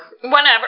Whenever